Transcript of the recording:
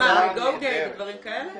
ב-GO GAY ודברים כאלה?